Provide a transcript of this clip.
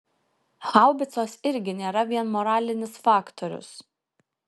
haubicos irgi nėra vien moralinis faktorius